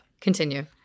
Continue